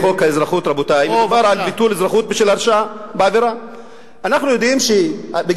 האם אדוני מבקש להביע אי-אמון בממשלה או בחבר הכנסת רותם?